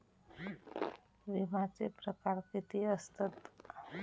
विमाचे प्रकार किती असतत?